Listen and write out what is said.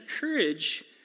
courage